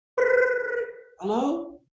Hello